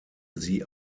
sie